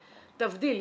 תבדיל,